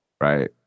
right